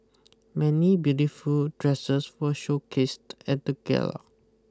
many beautiful dresses were showcased at the gala